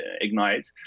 Ignite